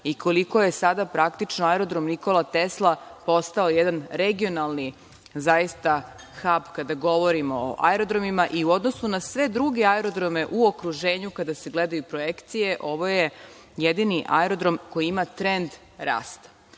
i koliko je sada praktično Aerodrom „Nikola Tesla“ postao jedan regionalni hab kada govorimo o aerodromima i u odnosu na sve druge aerodrome u okruženju, kada se gledaju projekcije, ovo je jedini aerodrom koji ima trend rasta. Prema